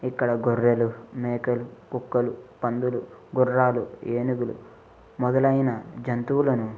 ఇక్కడ గొర్రెలు మేకలు కుక్కలు పందులు గుర్రాలు ఏనుగులు మొదలైన జంతువులను